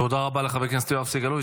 תודה רבה לחבר הכנסת יואב סגלוביץ'.